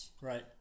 Right